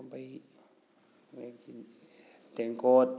ꯈꯥꯕꯩ ꯑꯗꯒꯤ ꯇꯦꯡꯀꯣꯠ